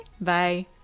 bye